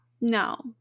No